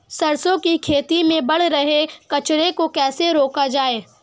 सरसों की खेती में बढ़ रहे कचरे को कैसे रोका जाए?